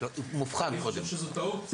אני חושב שזו טעות.